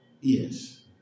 Yes